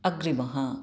अग्रिमः